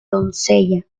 doncella